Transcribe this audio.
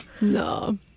no